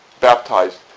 baptized